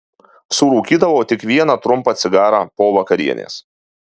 surūkydavo tik vieną trumpą cigarą po vakarienės